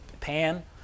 Pan